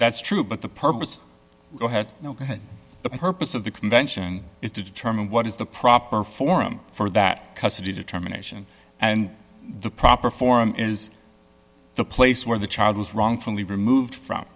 that's true but the purpose go ahead ok the purpose of the convention is to determine what is the proper forum for that custody determination and the proper forum is the place where the child was wrongfully removed